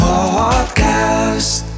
Podcast